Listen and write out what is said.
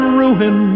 ruin